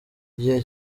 gihe